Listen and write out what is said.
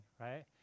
right